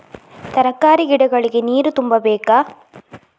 ತರಕಾರಿ ಗಿಡಗಳಿಗೆ ನೀರು ತುಂಬಬೇಕಾ?